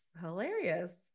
hilarious